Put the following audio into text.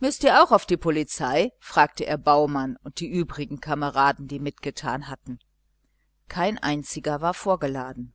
müßt ihr auch auf die polizei fragte er baumann und die übrigen kameraden die mitgetan hatten kein einziger war vorgeladen